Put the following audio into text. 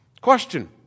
Question